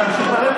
אז תמשיך.